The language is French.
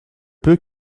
peu